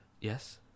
Yes